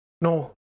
No